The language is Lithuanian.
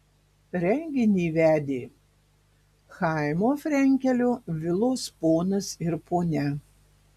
renginį vedė chaimo frenkelio vilos ponas ir ponia